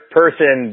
person